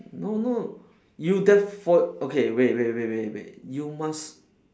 no no you def~ for okay wait wait wait wait wait you must